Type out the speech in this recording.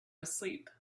asleep